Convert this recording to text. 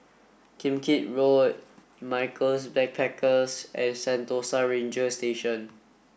Kim Keat Road Michaels Backpackers and Sentosa Ranger Station